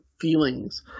feelings